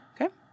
Okay